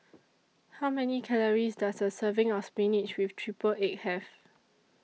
How Many Calories Does A Serving of Spinach with Triple Egg Have